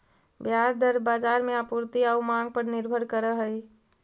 ब्याज दर बाजार में आपूर्ति आउ मांग पर निर्भर करऽ हइ